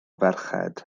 ferched